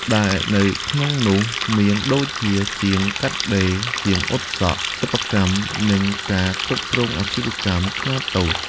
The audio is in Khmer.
ដែលនៅក្នុងនោះមានដូចជា ជាងកាត់ដេរ ជាងអ៊ុតសក់ សិប្បកម្ម និងការគ្រប់គ្រងអាជីវកម្មខ្នាតតូច។